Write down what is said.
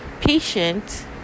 patient